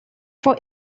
for